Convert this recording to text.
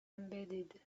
embedded